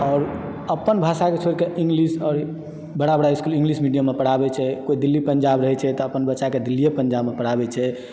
आओर अपन भाषाके छोड़िके इंग्लिश आओर बड़ा बड़ा इस्कूल इंग्लिश मीडियममे पढ़ाबय छै कोई दिल्ली पञ्जाब रहय छै तऽ अपन बच्चाके दिल्लीए पञ्जाबमे पढ़ाबय छै